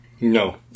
No